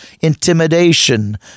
intimidation